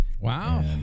Wow